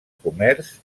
comerç